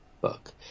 book